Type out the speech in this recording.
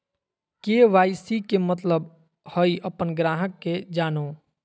KYC के मतलब हइ अपन ग्राहक के जानो